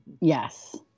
Yes